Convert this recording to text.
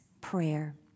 prayer